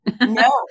No